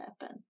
happen